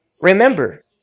remember